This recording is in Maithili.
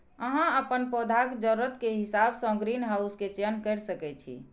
अहां अपन पौधाक जरूरत के हिसाब सं ग्रीनहाउस के चयन कैर सकै छी